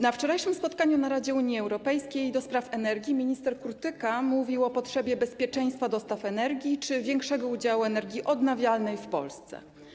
Na wczorajszym spotkaniu Rady Unii Europejskiej ds. energii minister Kurtyka mówił o potrzebie bezpieczeństwa dostaw energii czy większego udziału energii odnawialnej w Polsce.